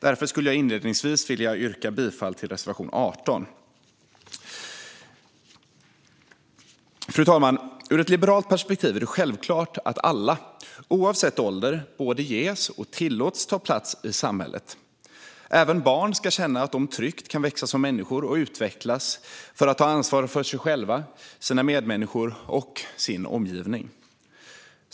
Därför vill jag inledningsvis yrka bifall till reservation 18. Fru talman! Ur ett liberalt perspektiv är det självklart att alla oavsett ålder både ges och tillåts ta plats i samhället. Även barn ska känna att de tryggt kan växa som människor och utvecklas för att ta ansvar för sig själva, sina medmänniskor och sin omgivning.